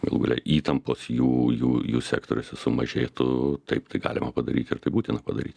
galų gale įtampos jų jų jų sektoriuose sumažėtų taip tai galima padaryti ir tai būtina padaryti